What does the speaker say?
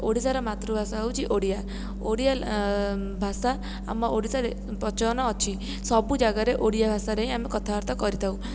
ଓଡ଼ିଆର ମାତୃଭାଷା ହେଉଛି ଓଡ଼ିଆ ଓଡ଼ିଆ ଭାଷା ଆମ ଓଡ଼ିଶାରେ ପ୍ରଚଳନ ଅଛି ସବୁ ଜାଗାରେ ଓଡ଼ିଆ ଭାଷାରେ ହିଁ ଆମେ କଥାବାର୍ତ୍ତା କରିଥାଉ